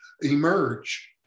emerge